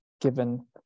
given